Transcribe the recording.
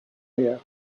here